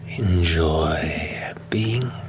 enjoy being